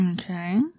Okay